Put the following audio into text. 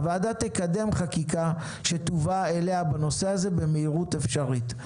הוועדה תקדם חקיקה שתובא אליה בנושא הזה במהירות האפשרית.